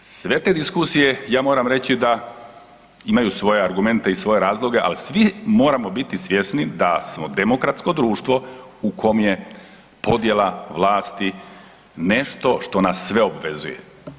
Sve te diskusije ja moram reći da imaju svoje argumente i svoje razloge ali svi moramo biti svjesni da smo demokratsko društvo u kom je podjela vlasti nešto što nas sve obvezuje.